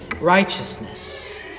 righteousness